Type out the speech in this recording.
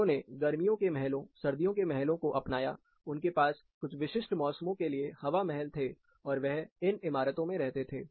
उन्होंने गर्मियों के महलों सर्दियों के महलों को अपनाया उनके पास कुछ विशिष्ट मौसमों के लिए हवा महल थे और वह इन इमारतों में रहते थे